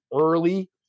early